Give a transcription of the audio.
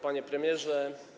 Panie Premierze!